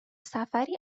سفری